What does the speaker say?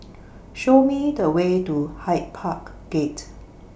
Show Me The Way to Hyde Park Gate